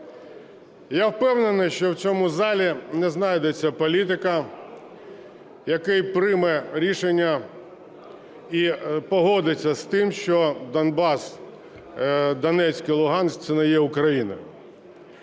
Я впевнений, що в цьому залі не знайдеться політика, який прийме рішення і погодиться з тим, що Донецьк і Луганськ – це не є Україна.